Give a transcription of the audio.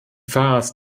farce